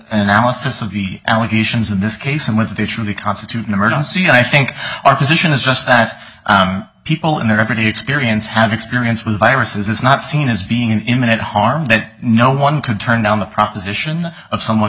analysis of the allegations in this case and whether they truly constitute an emergency i think our position is just ask people in their everyday experience have experience with viruses is not seen as being in imminent harm that no one could turn down the proposition of someone